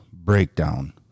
Breakdown